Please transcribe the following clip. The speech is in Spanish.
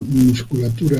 musculatura